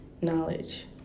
knowledge